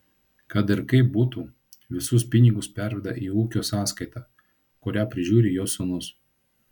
kad ir kaip būtų visus pinigus perveda į ūkio sąskaitą kurią prižiūri jo sūnus